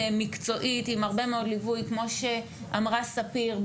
מקצועית עם הרבה מאוד ליווי כמו שאמרה ספיר,